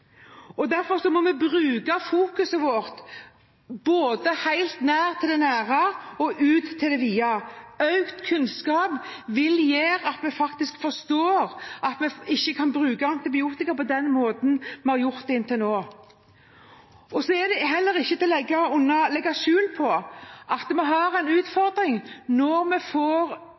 og derfor må vi fokusere både helt nært og ut i det vide. Økt kunnskap vil gjøre at vi faktisk forstår at vi ikke kan bruke antibiotika på den måten vi har gjort inntil nå. Det er heller ikke til å legge skjul på at vi har en